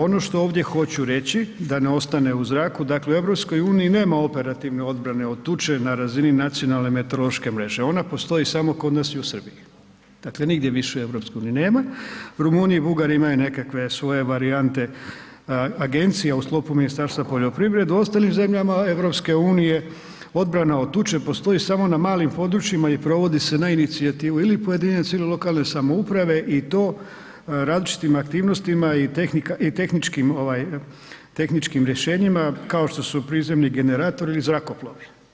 Ono što ovdje hoću reći da ne ostane u zraku, dakle u EU nema operativne odbrane od tuče na razini nacionalne meteorološke mreže, ona postoji samo kod nas i u Srbiji, dakle, nigdje više u europskome ni nema, Rumuni i Bugari imaju nekakve svoje varijante, agencije u sklopu Ministarstva poljoprivrede, u ostalim zemljama EU odbrana od tuče postoji samo na malim područjima i provodi se na inicijativu ili pojedinaca ili lokalne samouprave i to različitim aktivnostima i tehničkim rješenjima, kao što su prizemni generatori ili zrakoplovi.